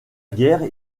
guerre